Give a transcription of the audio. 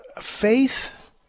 faith